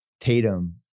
Tatum